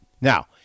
now